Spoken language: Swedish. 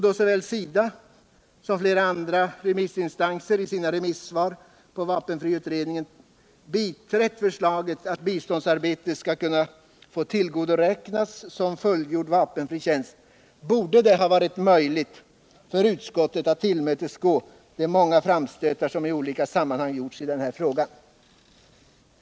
Då såväl SIDA som flera andra remissinstanser i sina remissvar på vapenfriutredningen biträtt förslaget att biståndsarbete skall få tillgodoräknas som fullgod vapenfri tjänst, borde det ha varit möjligt för utskottet att tillmötesgå de många framstötar som i olika sammanhang gjorts i den här frågan.